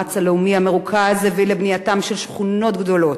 והמאמץ הלאומי המרוכז הביא לבנייתן של שכונות גדולות,